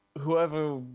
whoever